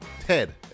Ted